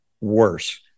worse